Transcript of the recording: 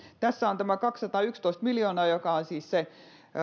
tässä on tämä kaksisataayksitoista miljoonaa joka on siis se